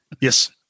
Yes